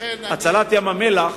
הצלת ים-המלח